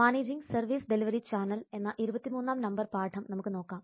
managing service delivery channel എന്ന ഇരുപത്തി മൂന്നാം നമ്പർ പാഠം നമുക്ക് നോക്കാം